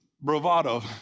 bravado